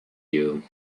you